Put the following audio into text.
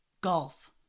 golf